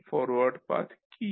সেই forward path কী